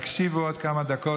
הקשיבו עוד כמה דקות,